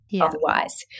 Otherwise